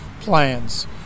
plans